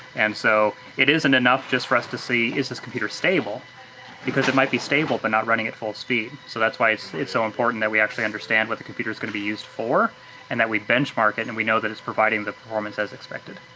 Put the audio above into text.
and so it isn't enough just for us to see is this computer stable because it might be stable but not running at full speed. so that's why it's it's so important that we actually understand what the computer is gonna be used for and that we benchmark it and we know that it's providing the performance as expected.